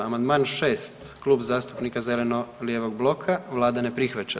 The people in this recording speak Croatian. Amandman 6. Klub zastupnika zeleno-lijevog bloka vlada ne prihvaća.